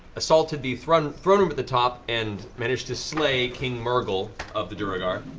assaulted the throne throne room at the top and managed to slay king murghol of the duergar.